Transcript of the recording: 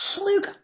Luke